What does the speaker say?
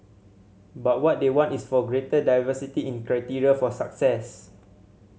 but what they want is for a greater diversity in criteria for success